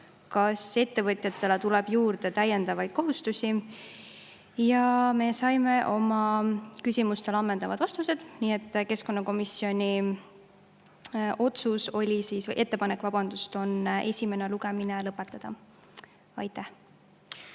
kas ettevõtjatele tuleb täiendavaid kohustusi. Me saime oma küsimustele ammendavad vastused, nii et keskkonnakomisjoni ettepanek on esimene lugemine lõpetada. Aitäh!